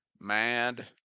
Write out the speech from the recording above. mad